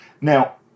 Now